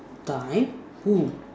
die who